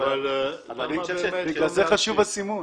בגלל זה חשוב הסימון,